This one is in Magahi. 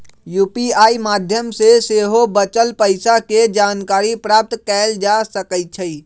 यू.पी.आई माध्यम से सेहो बचल पइसा के जानकारी प्राप्त कएल जा सकैछइ